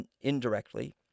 indirectly